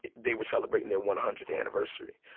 they were celebrating their one hundredth anniversary.